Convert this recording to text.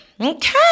Okay